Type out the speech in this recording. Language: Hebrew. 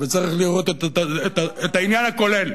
וצריך לראות את העניין הכולל.